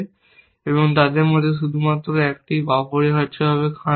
তাই তাদের মধ্যে শুধুমাত্র একজন অপরিহার্যভাবে খান